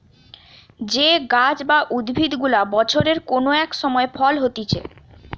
যে গাছ বা উদ্ভিদ গুলা বছরের কোন এক সময় ফল হতিছে